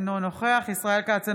אינו נוכח ישראל כץ,